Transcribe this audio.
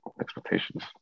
expectations